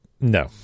No